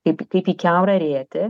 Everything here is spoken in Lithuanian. kaip kaip į kiaurą rėtį